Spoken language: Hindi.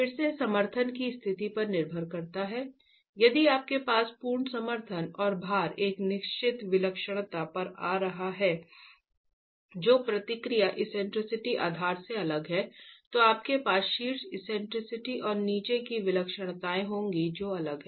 फिर से समर्थन की स्थिति पर निर्भर करता है यदि आपके पास पूर्ण समर्थन और भार एक निश्चित विलक्षणता पर आ रहा है जो प्रतिक्रिया एक्सेंट्रिसिटी आधार से अलग है तो आपके पास शीर्ष एक्सेंट्रिसिटी और नीचे की विलक्षणताएं होंगी जो अलग हैं